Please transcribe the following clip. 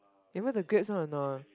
remember the grapes one or not